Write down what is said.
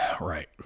Right